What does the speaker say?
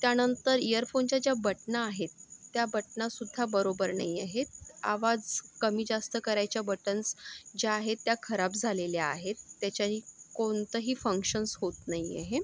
त्यानंतर इअरफोनच्या ज्या बटना आहेत त्या बटनासुद्धा बरोबर नाही आहेत आवाज कमी जास्त करायच्या बटन्स ज्या आहेत त्या खराब झालेल्या आहेत त्याच्याने कोणतंही फंक्शन्स होत नाही आहे